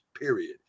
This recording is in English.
period